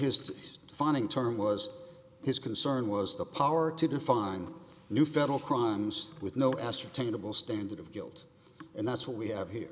his finding term was his concern was the power to define new federal crimes with no ascertainable standard of guilt and that's what we have here